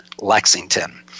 lexington